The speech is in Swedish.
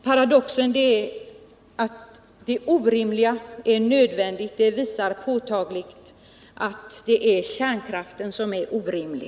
Paradoxen att det orimliga är nödvändigt visar påtagligt att det är kärnkraften som är orimlig.